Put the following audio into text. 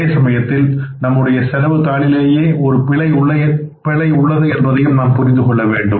அதே சமயத்தில் நம்முடைய செலவு தாளிளிலேயே ஒரு பிழை உள்ளது என்பதை நாம் புரிந்து கொள்ள வேண்டும்